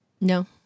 No